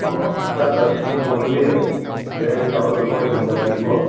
ꯑꯣ ꯆꯥꯛꯀ ꯏꯟꯁꯥꯡꯒꯨꯝꯕꯗꯤ ꯑꯦꯔꯦꯟꯁ ꯇꯧꯔꯒꯀꯣ ꯌꯨꯝꯗꯒꯤꯀꯣ